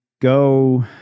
go